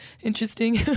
interesting